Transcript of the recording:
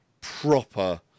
proper